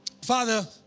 Father